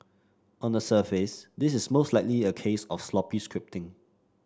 on the surface this is most likely a case of sloppy scripting